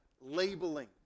labeling